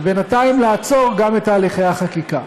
ובינתיים לעצור גם את הליכי החקיקה,